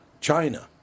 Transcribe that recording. China